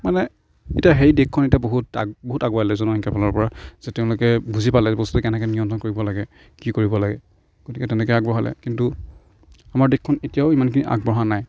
মানে এতিয়া সেই দেশখন এতিয়া বহুত বহুত আগুৱালে জনসংখ্যাৰ ফালৰ পৰা যে তেওঁলোকে বুজি পালে বস্তুটো কেনেকৈ নিয়ন্ত্ৰন কৰিব লাগে কি কৰিব লাগে গতিকে তেনেকে আগবঢ়ালে কিন্তু আমাৰ দেশখন এতিয়াও ইমানখিনি আগবঢ়া নাই